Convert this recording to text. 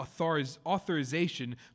authorization